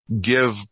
give